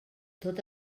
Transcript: tot